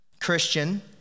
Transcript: Christian